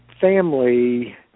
family